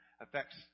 affects